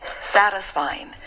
satisfying